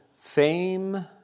fame